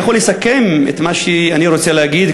אני יכול לסכם את מה שאני רוצה להגיד,